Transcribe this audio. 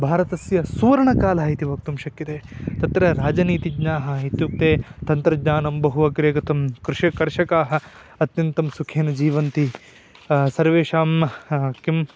भारतस्य सुवर्णकालः इति वक्तुं शक्यते तत्र राजनीतिज्ञः इत्युक्ते तन्त्रज्ञानं बहु अग्रे गतं कृषिः कर्षकाः अत्यन्तं सुखेन जीवन्ति सर्वेषां किम्